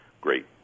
great